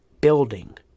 building